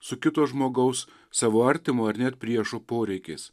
su kito žmogaus savo artimo ar priešo poreikis